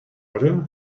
water